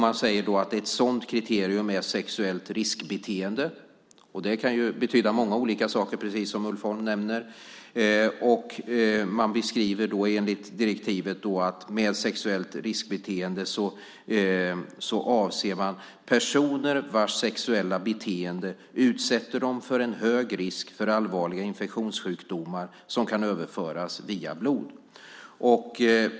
Man säger att ett sådant kriterium är sexuellt riskbeteende. Det kan betyda många olika saker, precis som Ulf Holm säger. Man beskriver i direktivet att med sexuellt riskbeteende avser man personer vars sexuella beteende utsätter dem för en hög risk för allvarliga infektionssjukdomar som kan överföras via blod.